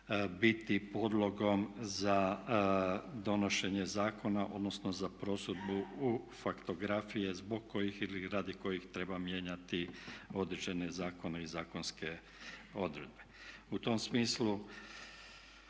biti podlogom za donošenje zakona, odnosno za prosudbu u faktografije zbog kojih ili radi kojih treba mijenjati određene zakone i zakonske odredbe. U tom smislu